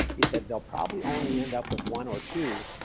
he said, they'll probably only end up with one or two,